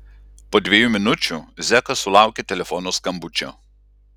po dviejų minučių zekas sulaukė telefono skambučio